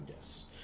Yes